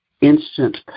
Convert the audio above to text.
instant